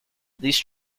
these